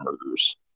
murders